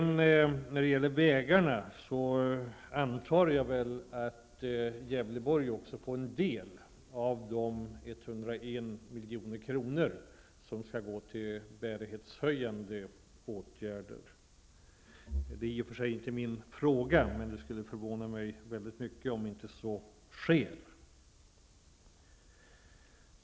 När det gäller vägarna antar jag att Gävleborg också får en del av de 101 milj.kr. som skall gå till bärighetshöjande åtgärder. Jag har i och för sig inte hand om den frågan, men det skulle förvåna mig mycket om så inte sker.